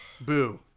Boo